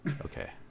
Okay